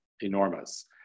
enormous